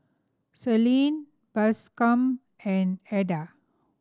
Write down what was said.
Celine Bascom and Eda